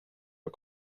att